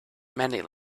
many